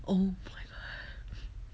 oh my god